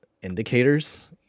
indicators